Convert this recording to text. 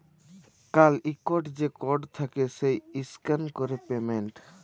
কাল ইকট যে কড থ্যাকে সেট ইসক্যান ক্যরে পেমেল্ট